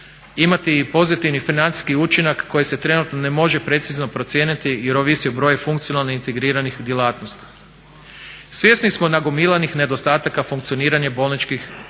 Imati i pozitivni financijski učinak koji se trenutno ne može precizno procijeniti jer ovisi o broju funkcionalnih integriranih djelatnosti. Svjesni smo nagomilanih nedostataka funkcioniranja bolničkog